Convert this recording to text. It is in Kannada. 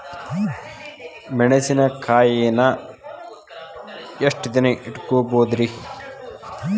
ಮೆಣಸಿನಕಾಯಿನಾ ಎಷ್ಟ ದಿನ ಇಟ್ಕೋಬೊದ್ರೇ?